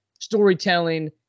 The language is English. storytelling